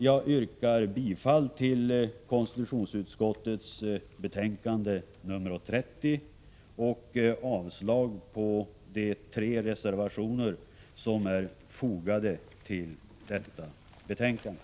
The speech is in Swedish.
Jag yrkar bifall till utskottets hemställan i konstitutionsutskottets betänkande 30 och avslag på de tre reservationer som är fogade till betänkandet.